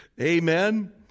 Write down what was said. Amen